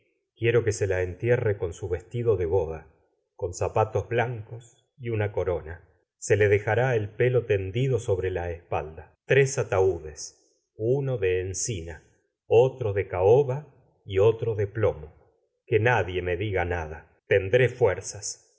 o qne se la entiere con su vestido deboda con zapatos blancos y tma co ona ese le dejará el pelo tendido sobre la espalda e tes ataú des uno de encina otro de caoba y oto de plomo qjje nadie me diga nada tendré